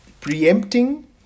preempting